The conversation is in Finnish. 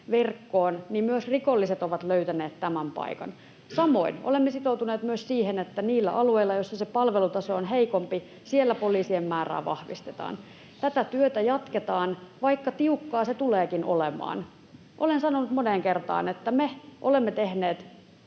verkkoon, jolloin myös rikolliset ovat löytäneet tämän paikan. Samoin olemme sitoutuneet myös siihen, että niillä alueilla, joilla se palvelutaso on heikompi, poliisien määrää vahvistetaan. Tätä työtä jatketaan, vaikka tiukkaa se tuleekin olemaan. Olen sanonut moneen kertaan, että me olemme tehneet